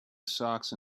socks